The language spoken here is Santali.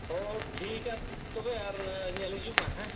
ᱦᱳᱭ ᱴᱷᱤᱠᱟ ᱛᱚᱵᱮ ᱟᱨ ᱧᱮᱞ ᱦᱤᱡᱩᱜᱼᱢᱟ ᱦᱮᱸ